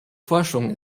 forschung